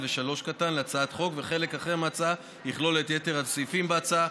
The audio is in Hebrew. ו-(3) להצעת החוק וחלק אחר מההצעה יכלול את יתר הסעיפים בהצעה.